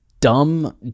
dumb